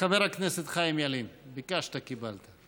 חבר הכנסת חיים ילין, ביקשת, קיבלת.